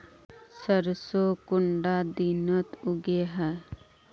सरसों कुंडा दिनोत उगैहे?